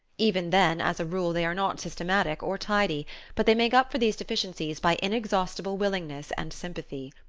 even then, as a rule, they are not systematic or tidy but they make up for these deficiencies by inexhaustible willingness and sympathy.